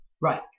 right